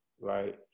right